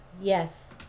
Yes